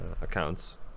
accounts